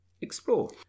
explore